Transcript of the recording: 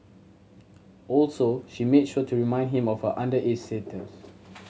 also she made sure to remind him of her underage status